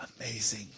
Amazing